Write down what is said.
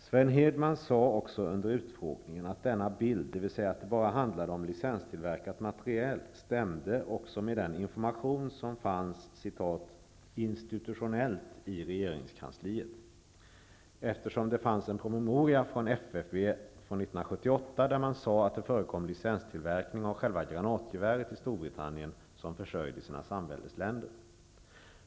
Sven Hirdman sade också under utfrågningen att denna bild -- dvs. att det bara handlade om licenstillverkat material -- också stämde med den information som fanns ''institutionellt i regeringskansliet'', eftersom det fanns en promemoria från FFV från 1978 där man sade att det förekom licenstillverkning av själva granatgeväret i Storbritannien, som försörjde sina samväldesländer.